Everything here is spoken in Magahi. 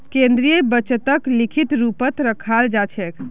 केन्द्रीय बजटक लिखित रूपतत रखाल जा छेक